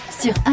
sur